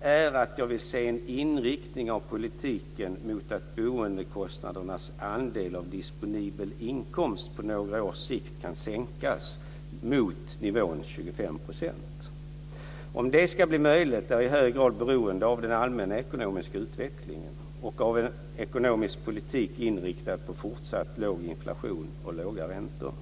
är att jag vill se en inriktning av politiken mot att boendekostnadernas andel av disponibel inkomst på några års sikt kan sänkas mot nivån 25 %. Om det ska bli möjligt är i hög grad beroende av den allmänna ekonomiska utvecklingen och av en ekonomisk politik inriktad på fortsatt låg inflation och låga räntor.